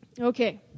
Okay